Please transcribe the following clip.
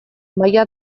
maila